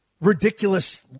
ridiculous